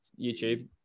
YouTube